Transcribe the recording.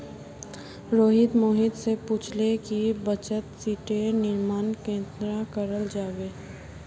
रोहित मोहित स पूछले कि बचत शीटेर निर्माण कन्ना कराल जाबे